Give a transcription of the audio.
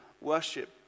worship